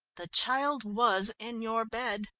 the child was in your bed.